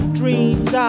dreams